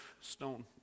stone